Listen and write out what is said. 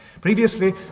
Previously